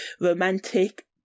romantic